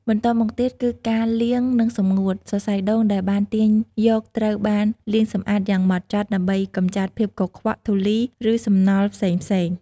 បន្ទាប់មកទៀត គឺការលាង និងសម្ងួត សរសៃដូងដែលបានទាញយកត្រូវបាន លាងសម្អាតយ៉ាងហ្មត់ចត់ ដើម្បីកម្ចាត់ភាពកខ្វក់ ធូលី ឬសំណល់ផ្សេងៗ។